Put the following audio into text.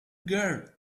girl